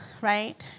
right